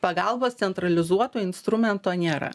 pagalbos centralizuoto instrumento nėra